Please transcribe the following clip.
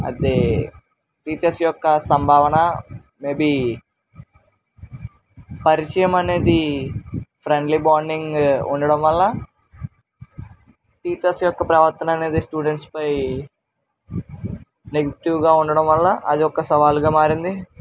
అది టీచర్స్ యొక్క సంభావన మేబి పరిచయం అనేది ఫ్రెండ్లీ బాండింగ్ ఉండడం వల్ల టీచర్స్ యొక్క ప్రవర్తన అనేది స్టూడెంట్స్పై నెగిటివ్గా ఉండడం వల్ల అదొక సవాలుగా మారింది